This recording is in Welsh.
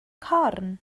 corn